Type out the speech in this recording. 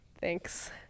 Thanks